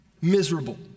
Miserable